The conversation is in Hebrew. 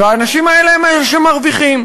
האנשים האלה הם אלה שמרוויחים.